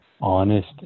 Honest